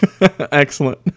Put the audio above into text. Excellent